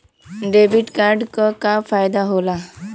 Debit card क का फायदा हो ला?